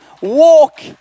walk